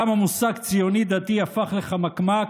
גם המושג "ציוני דתי" הפך לחמקמק,